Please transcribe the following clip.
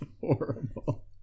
horrible